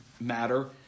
matter